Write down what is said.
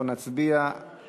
אנחנו נצביע, - אני